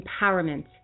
empowerment